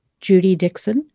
judydixon